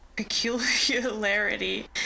peculiarity